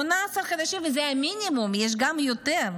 18 חודשים, וזה המינימום, יש גם יותר.